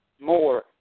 more